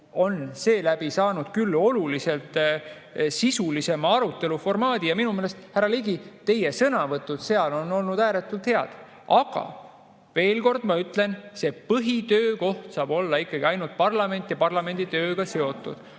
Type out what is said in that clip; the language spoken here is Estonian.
on seeläbi saanud küll oluliselt sisulisema arutelu formaadi. Ja minu meelest, härra Ligi, teie sõnavõtud seal on olnud ääretult head. Aga veel kord ma ütlen, põhitöökoht saab olla ikkagi ainult parlament ja parlamendi tööga seotud. Tulles